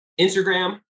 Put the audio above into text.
Instagram